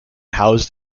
housed